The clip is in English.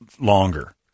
longer